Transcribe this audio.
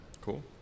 cool